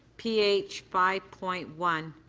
p h five point one.